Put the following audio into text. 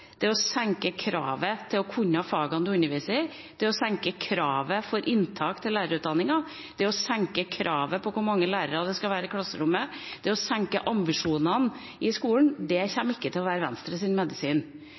med å senke kravet til fagkompetanse, senke kravet til å kunne fagene man underviser i, senke kravet til inntak i lærerutdanningen, senke kravet til hvor mange lærere det skal være i klasserommet, senke ambisjonene i skolen – kommer ikke til å være Venstres medisin.